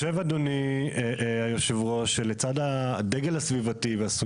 החוק שנכנס לתוקף בינואר 2017 נחל הצלחה